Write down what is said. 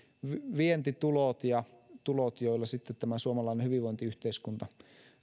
vientitulot ja tulot joilla sitten tämä suomalainen hyvinvointiyhteiskunta